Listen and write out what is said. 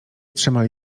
trzymali